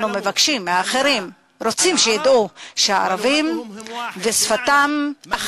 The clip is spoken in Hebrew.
אנחנו מבקשים מהאחרים ורוצים שידעו שהערבים ושפתם הם אחד,